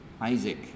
Isaac